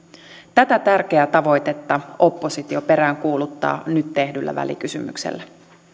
tätä tärkeää tavoitetta oppositio peräänkuuluttaa nyt tehdyllä välikysymyksellä